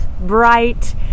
bright